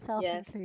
Yes